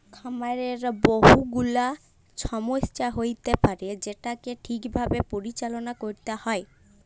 খামারে বহু গুলা ছমস্যা হ্য়য়তে পারে যেটাকে ঠিক ভাবে পরিচাললা ক্যরতে হ্যয়